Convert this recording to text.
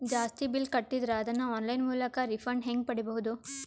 ಜಾಸ್ತಿ ಬಿಲ್ ಕಟ್ಟಿದರ ಅದನ್ನ ಆನ್ಲೈನ್ ಮೂಲಕ ರಿಫಂಡ ಹೆಂಗ್ ಪಡಿಬಹುದು?